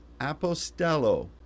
Apostello